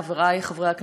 חברי חברי הכנסת,